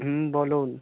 হুম বলুন